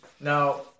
Now